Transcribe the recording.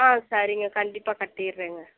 ஆ சரிங்க கண்டிப்பாக கட்டிடுறேங்க